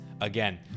again